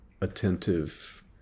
attentive